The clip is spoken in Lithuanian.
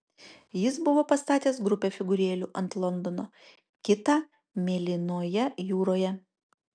jis buvo pastatęs grupę figūrėlių ant londono kitą mėlynoje jūroje